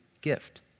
gift